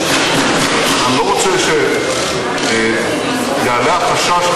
אני לא רוצה שיעלה החשש,